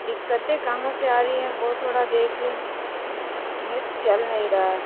دقتیں کہاں سے آ رہی ہیں وہ تھوڑا دیکھ لیں نیٹ چل نہیں رہا ہے